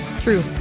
True